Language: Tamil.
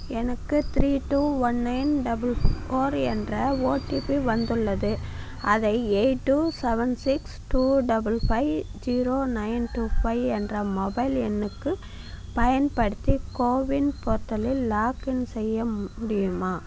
எனக்கு three two one nine double four என்ற ஒடிபி வந்துள்ளது அதை eight two seven six two double five zero nine two five என்ற மொபைல் எண்ணுக்குப் பயன்படுத்தி கோவின் போர்ட்டலில் லாக் இன் செய்ய முடியுமா